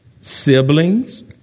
siblings